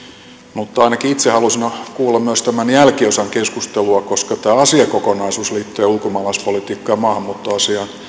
mutta ainakin itse halusin kuulla myös tämän jälkiosan keskustelua koska tämä asiakokonaisuus liittyen ulkomaalaispolitiikkaan ja maahanmuuttoasiaan